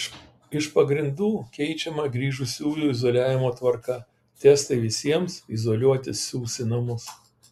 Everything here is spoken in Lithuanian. iš pagrindų keičiama grįžusiųjų izoliavimo tvarką testai visiems izoliuotis siųs į namus